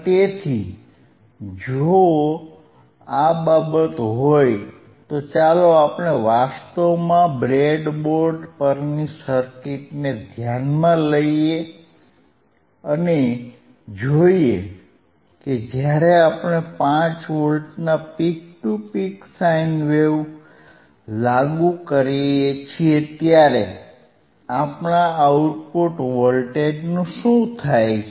તેથી જો આ બાબત હોય તો ચાલો આપણે વાસ્તવમાં બ્રેડબોર્ડ પરની સર્કિટને ધ્યાનમાં લઇએ અને જોઈએ કે જ્યારે આપણે 5 વોલ્ટના peak to peak sine wave લાગુ કરીએ ત્યારે આપણા આઉટપુટ વોલ્ટેજનું શું થાય છે